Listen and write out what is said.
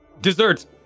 Desserts